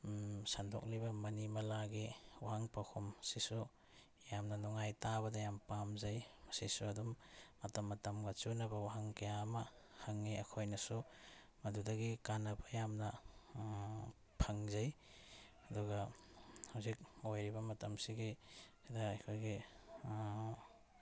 ꯁꯟꯗꯣꯛꯂꯤꯕ ꯃꯅꯤ ꯃꯂꯥꯒꯤ ꯋꯥꯍꯪ ꯄꯥꯎꯈꯨꯝꯁꯤꯁꯨ ꯌꯥꯝꯅ ꯅꯨꯡꯉꯥꯏ ꯇꯥꯕꯗ ꯌꯥꯝ ꯄꯥꯝꯖꯩ ꯃꯁꯤꯁꯨ ꯑꯗꯨꯝ ꯃꯇꯝ ꯃꯇꯝꯒ ꯆꯨꯅꯕ ꯋꯥꯍꯪ ꯀꯌꯥ ꯑꯃ ꯍꯪꯉꯤ ꯑꯩꯈꯣꯏꯅꯁꯨ ꯑꯗꯨꯗꯒꯤ ꯀꯥꯟꯅꯕ ꯌꯥꯝꯅ ꯐꯪꯖꯩ ꯑꯗꯨꯒ ꯍꯧꯖꯤꯛ ꯑꯣꯏꯔꯤꯕ ꯃꯇꯝꯁꯤꯒꯤꯗ ꯑꯩꯈꯣꯏꯒꯤ